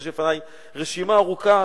ויש לפני רשימה ארוכה,